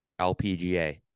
lpga